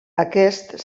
aquest